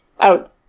out